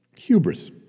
hubris